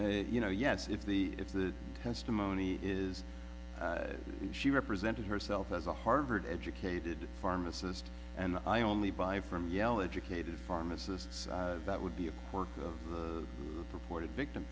you know yes if the if the testimony is that she represented herself as a harvard educated pharmacist and i only buy from yele educated pharmacists that would be a work of the purported victim